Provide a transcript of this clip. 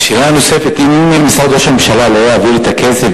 השאלה הנוספת: אם משרד ראש הממשלה לא יעביר את הכסף,